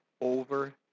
over